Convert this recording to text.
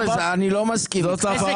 ארז, אני לא מסכים אתך.